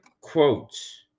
quotes